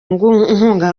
inkunga